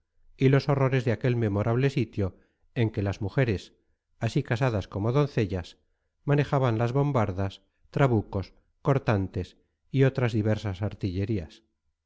y los horrores de aquel memorable sitio en que las mujeres así casadas como doncellas manejaban las bombardas trabucos cortantes y otras diversas artillerías